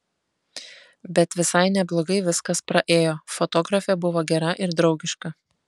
bet visai neblogai viskas praėjo fotografė buvo gera ir draugiška